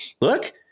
Look